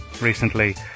recently